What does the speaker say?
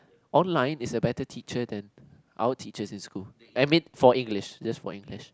online is a better teacher than our teachers in school I mean for English just for English